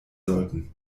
sollten